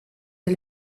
del